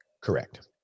Correct